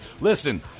Listen